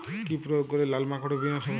কি প্রয়োগ করলে লাল মাকড়ের বিনাশ হবে?